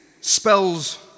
spells